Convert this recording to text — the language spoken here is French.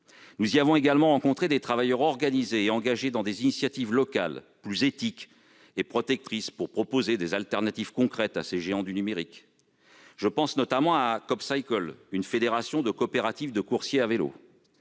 Nous avons également discuté avec des travailleurs qui se sont organisés et ont pris des initiatives locales, plus éthiques et protectrices, pour proposer des alternatives concrètes à ces géants du numérique : je pense notamment à CoopCycle, une fédération de coopératives de coursiers à vélo.